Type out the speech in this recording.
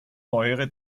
neuere